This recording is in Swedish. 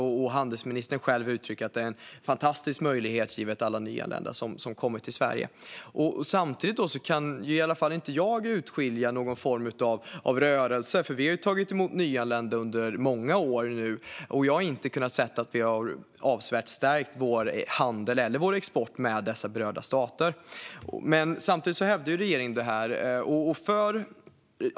Och handelsministern själv uttrycker att det är en fantastisk möjlighet, givet alla nyanlända i Sverige. Samtidigt kan i alla fall inte jag urskilja någon form av rörelse. Vi har haft nyanlända under många år, och jag har inte kunnat se att vi avsevärt har stärkt vår handel med eller vår export till de berörda staterna. Men regeringen hävdar detta.